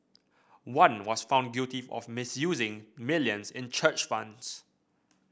one was found guilty of misusing millions in church funds